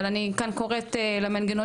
אבל אני כאן קוראת למנגנונים,